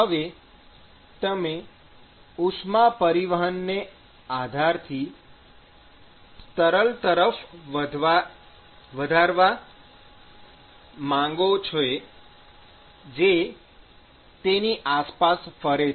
હવે તમે ઉષ્મા પરિવહનને આધારથી તરલ તરફ વધારવા માંગો છો જે તેની આસપાસ ફરે છે